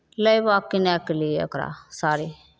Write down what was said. लैबा किनैके लिये ओकरा साड़ी